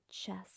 chest